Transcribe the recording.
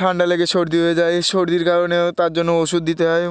ঠান্ডা লেগে সর্দি হয়ে যায় সর্দির কারণেও তার জন্য ওষুধ দিতে হয়